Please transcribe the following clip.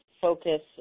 focus